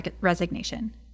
resignation